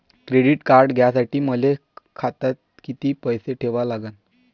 Credit card घ्यासाठी मले खात्यात किती पैसे ठेवा लागन?